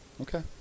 okay